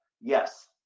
Yes